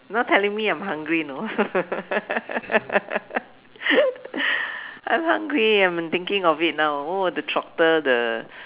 not telling me I'm hungry you know I'm hungry I'm thinking of it now oh the trotter the